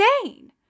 insane